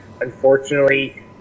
unfortunately